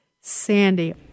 sandy